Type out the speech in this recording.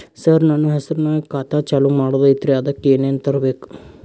ಸರ, ನನ್ನ ಹೆಸರ್ನಾಗ ಖಾತಾ ಚಾಲು ಮಾಡದೈತ್ರೀ ಅದಕ ಏನನ ತರಬೇಕ?